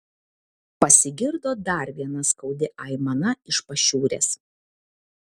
pasigirdo dar viena skaudi aimana iš pašiūrės